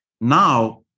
Now